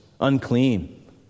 unclean